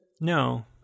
No